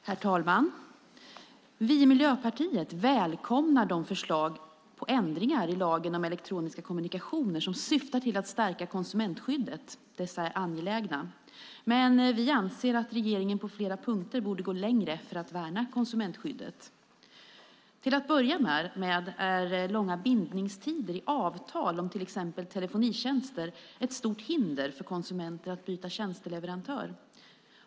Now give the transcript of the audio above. Herr talman! Vi i Miljöpartiet välkomnar de förslag till ändringar i lagen om elektronisk kommunikation som syftar till att stärka konsumentskyddet. Dessa är angelägna. Men vi anser att regeringen på flera punkter borde gå längre för att värna konsumentskyddet. Till att börja med är långa bindningstider i avtal om till exempel telefonitjänster ett stort hinder för konsumenter att byta tjänsteleverantör.